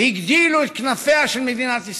והגדילו את כנפיה של מדינת ישראל.